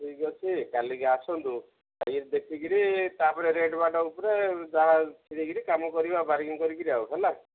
ଠିକ୍ ଅଛି କାଲିକି ଆସନ୍ତୁ ଯାଇକି ଦେଖିକିରି ତା'ପରେ ରେଟ୍ ବାଟ ଉପରେ ଯାହା ଛିଡ଼େଇକିରି କାମ କରିବା ବାର୍ଗେନିଂ କରିକିରି ଆଉ ହେଲା